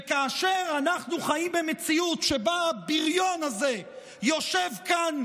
וכאשר אנחנו חיים במציאות שבה הבריון הזה יושב כאן,